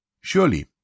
Surely